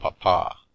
papa